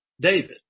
David